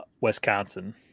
Wisconsin